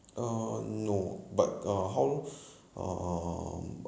uh no but uh how um